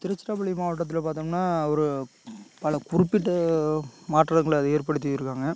திருச்சிராப்பள்ளி மாவட்டத்தில் பார்த்தோம்னா ஒரு பல குறிப்பிட்ட மாற்றங்களை அது ஏற்படுத்திருக்காங்க